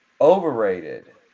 Overrated